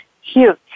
huge